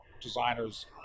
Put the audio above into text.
designers